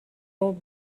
old